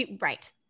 Right